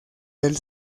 del